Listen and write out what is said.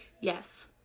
yes